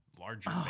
Larger